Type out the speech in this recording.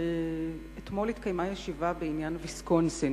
אתמול התקיימה ישיבה בעניין ויסקונסין.